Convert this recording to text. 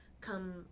come